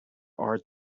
art